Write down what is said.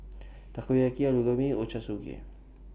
Takoyaki Alu Gobi Ochazuke